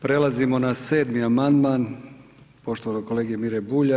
Prelazimo na 7. amandman poštovanog kolege Mire Bulja.